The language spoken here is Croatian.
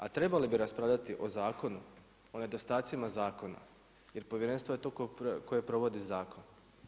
A trebali bi raspravljati o zakonu, o nedostacima zakona jer povjerenstvo je to tu koje provodi zakon.